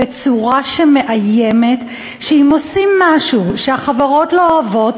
בצורה שמאיימת שאם עושים משהו שהחברות לא אוהבות,